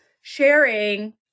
sharing